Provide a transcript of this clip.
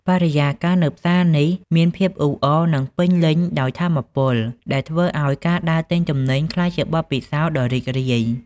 បរិយាកាសនៅផ្សារនេះមានភាពអ៊ូអរ និងពោរពេញដោយថាមពល ដែលធ្វើឱ្យការដើរទិញទំនិញក្លាយជាបទពិសោធន៍ដ៏រីករាយ។